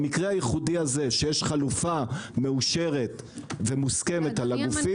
במקרה הייחודי הזה שיש חלופה מאושרת ומוסכמת על הגופים,